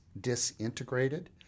disintegrated